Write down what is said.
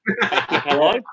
Hello